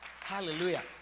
Hallelujah